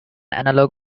analog